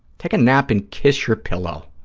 take a nap and kiss your pillow.